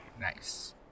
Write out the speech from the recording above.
nice